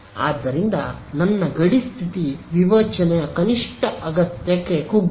ಆದ್ದರಿಂದ ನನ್ನ ಗಡಿ ಸ್ಥಿತಿ ವಿವೇಚನೆಯ ಕನಿಷ್ಠ ಅಗತ್ಯಕ್ಕೆ ಕುಗ್ಗಿದೆ